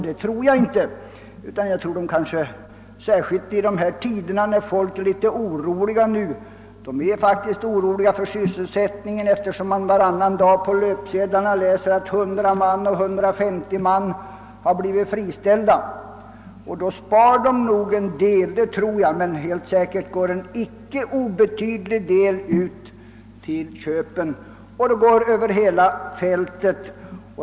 Särskilt torde det vara fallet i dessa tider, då folk faktiskt är oroliga för sysselsättningen, eftersom de varannan dag på tidningarnas löpsedlar får läsa att 100 eller 150 man har blivit friställda här och där. Då spars nog en del, men inte obetydliga summor går säkerligen till köp över hela fältet.